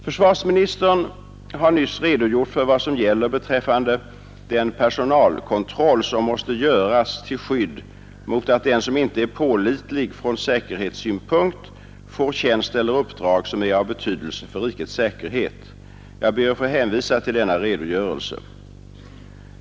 Försvarsministern har nyss redogjort för vad som gäller beträffande den personalkontroll som måste göras till skydd mot att den som inte är pålitlig från säkerhetssynpunkt får tjänst eller uppdrag som är av betydelse för rikets säkerhet. Jag ber att få hänvisa till denna redogörelse.